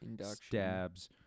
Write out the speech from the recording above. stabs